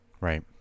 right